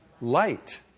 light